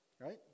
right